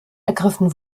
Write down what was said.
ergriffen